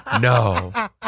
no